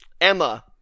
Emma